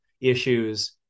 issues